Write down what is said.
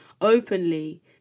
openly